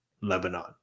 lebanon